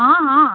ହଁ ହଁ